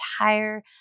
entire